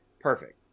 perfect